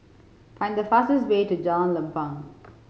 find the fastest way to Jalan Lempeng